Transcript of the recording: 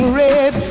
red